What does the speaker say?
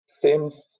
seems